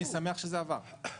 אני שמח שזה עבר.